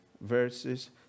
Verses